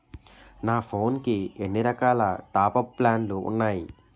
నా ఫోన్ కి ఎన్ని రకాల టాప్ అప్ ప్లాన్లు ఉన్నాయి?